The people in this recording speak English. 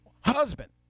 Husband